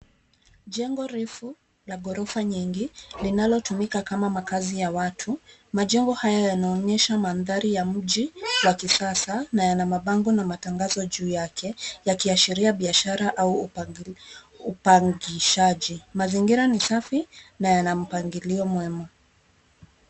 Jengo refu la ghorofa nyingi linalotumika kama makazi ya watu. Majengo haya yanaonyesha mandhari ya mji wa kisasa na mabango na matangazo juu yake yakiashiria biashara au upangishaji. Mazingira ni safi na yana mpangilio mwema.